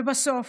ובסוף,